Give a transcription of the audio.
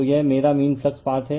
तो यह मेरा मीन फ्लक्स पाथ है